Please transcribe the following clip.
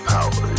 Power